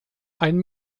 ein